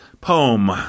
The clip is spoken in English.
poem